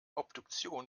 obduktion